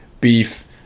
beef